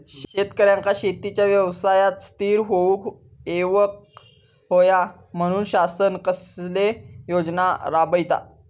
शेतकऱ्यांका शेतीच्या व्यवसायात स्थिर होवुक येऊक होया म्हणान शासन कसले योजना राबयता?